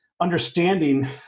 understanding